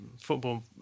football